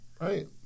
Right